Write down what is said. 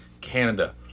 Canada